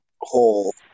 whole